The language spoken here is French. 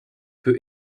peut